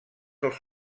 els